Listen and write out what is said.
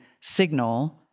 signal